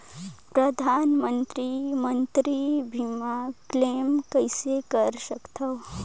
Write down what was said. परधानमंतरी मंतरी बीमा क्लेम कइसे कर सकथव?